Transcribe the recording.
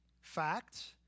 facts